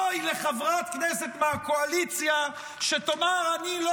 אוי לחברת כנסת מהקואליציה שתאמר: אני לא